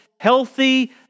healthy